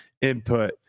input